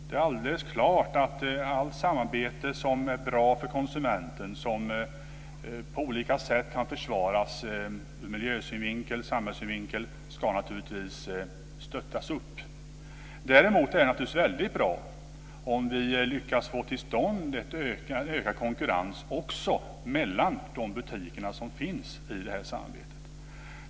Det är alldeles klart att allt samarbete som är bra för konsumenten, som på olika sätt kan försvaras, ur miljösynvinkel eller samhällssynvinkel, naturligtvis ska stöttas. Däremot är det naturligtvis väldigt bra om vi lyckas få till stånd en ökad konkurrens också mellan de butiker som finns i det här samarbetet.